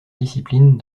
discipline